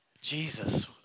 Jesus